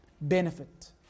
benefit